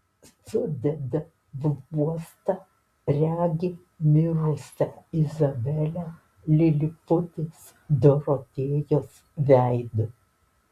sudeda bluostą regi mirusią izabelę liliputės dorotėjos veidu